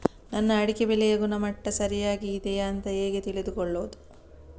ನನ್ನ ಅಡಿಕೆ ಬೆಳೆಯ ಗುಣಮಟ್ಟ ಸರಿಯಾಗಿ ಇದೆಯಾ ಅಂತ ಹೇಗೆ ತಿಳಿದುಕೊಳ್ಳುವುದು?